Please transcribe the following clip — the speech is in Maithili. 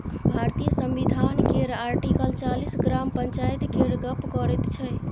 भारतीय संविधान केर आर्टिकल चालीस ग्राम पंचायत केर गप्प करैत छै